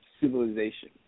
civilization